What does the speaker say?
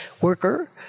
worker